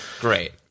great